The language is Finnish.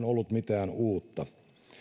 ollut mitään uutta